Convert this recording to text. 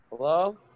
hello